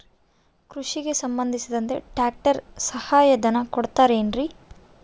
ಕೃಷಿಗೆ ಸಂಬಂಧಿಸಿದಂತೆ ಟ್ರ್ಯಾಕ್ಟರ್ ಸಹಾಯಧನ ಕೊಡುತ್ತಾರೆ ಏನ್ರಿ?